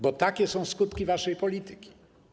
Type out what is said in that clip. Bo takie są skutki waszej polityki.